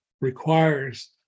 requires